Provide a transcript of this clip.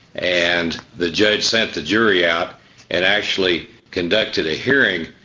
and the judge sent the jury out, and actually conducted a hearing,